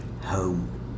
home